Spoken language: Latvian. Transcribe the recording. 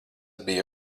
bija